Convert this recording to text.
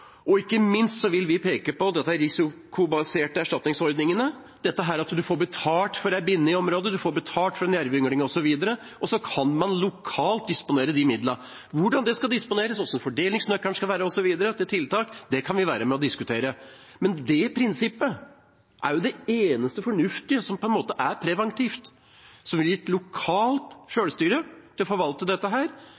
Ikke minst vil vi peke på disse risikobaserte erstatningsordningene, dette at en får betalt for en binne i området, en får betalt for en jervyngling osv., og så kan man lokalt disponere disse midlene. Hvordan dette skal disponeres, hvordan fordelingsnøkkelen skal være, osv., med hensyn til tiltak, kan vi være med og diskutere, men det prinsippet er det eneste fornuftige som er preventivt, som ville gitt lokalt